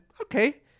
okay